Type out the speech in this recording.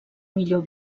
millor